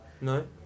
No